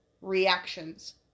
reactions